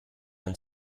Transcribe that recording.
and